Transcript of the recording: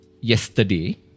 yesterday